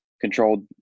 controlled